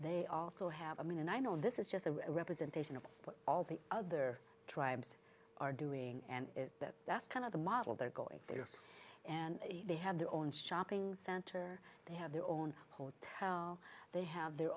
they also have i mean and i know this is just a representation of what all the other tribes are doing and that that's kind of the model they're going there and they have their own shopping center they have their own hotel they have their